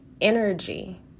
energy